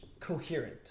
Coherent